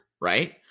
right